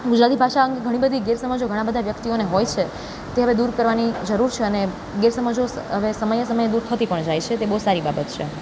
ગુજરાતી ભાષા અંગે ઘણી બધી ગેરસમજો ઘણા બધા વ્યક્તિઓને હોય છે તે હવે દૂર કરવાની જરૂર છે અને ગેરસમજો સમયે સમયે દૂર થતી પણ જાય છે તે બહુ સારી બાબત છે